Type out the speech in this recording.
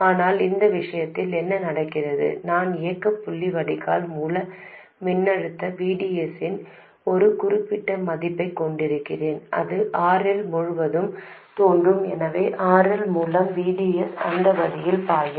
ஆனால் இந்த விஷயத்தில் என்ன நடக்கிறது நான் இயக்க புள்ளி வடிகால் மூல மின்னழுத்த VDS இன் ஒரு குறிப்பிட்ட மதிப்பைக் கொண்டிருக்கிறேன் அது RL முழுவதும் தோன்றும் எனவே RL மூலம் VDS அந்த வழியில் பாயும்